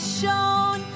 shown